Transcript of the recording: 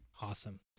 Awesome